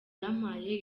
yampaye